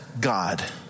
God